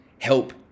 help